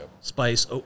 spice